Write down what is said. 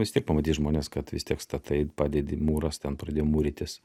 vis tiek pamatys žmonės kad vis tiek statai padedi mūras ten pradėjo mūrytis